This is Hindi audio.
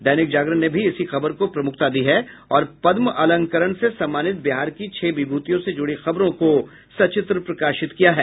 दैनिक जागरण ने भी इसी खबर को प्रमुखता दी है और पद्म अलंकरण से सम्मानित बिहार की छह विभूतियों से जुड़ी खबरों को सचित्र प्रकाशित किया है